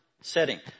setting